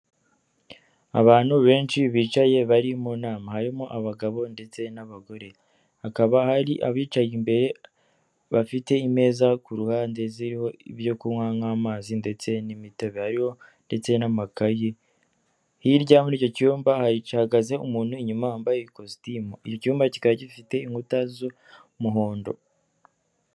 Abantu benshi bicaye bari mu nama harimo abagabo ndetse n'abagore, hakaba hari abicaye imbere bafite imeza ku ruhande ziriho ibyo kunywa nk'amazi ndetse n'imitabayo ndetse n'amakayi, hirya muri icyo cyumba hicagaze umuntu inyuma wambaye ikositimu, icyumba kikaba gifite inkuta z'umuhondo.